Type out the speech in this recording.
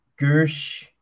Gersh